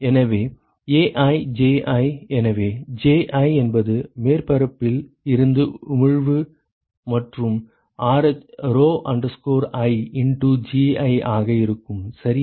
எனவே AiJi எனவே Ji என்பது மேற்பரப்பில் இருந்து உமிழ்வு மற்றும் rho i இண்டு Gi ஆக இருக்கும் சரியா